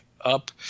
up